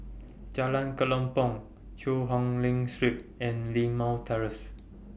Jalan Kelempong Cheang Hong Lim Street and Limau Terrace